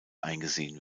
eingesehen